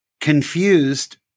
confused